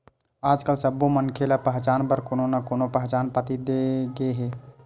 आजकाल सब्बो मनखे ल पहचान बर कोनो न कोनो पहचान पाती दे गे हे